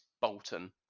Bolton